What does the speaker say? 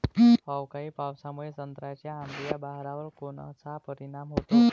अवकाळी पावसामुळे संत्र्याच्या अंबीया बहारावर कोनचा परिणाम होतो?